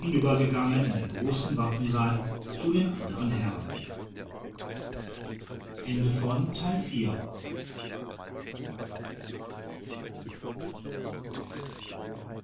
hinübergegangen in den großen wappensaal zu den andern herren